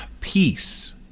Peace